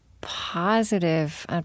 positive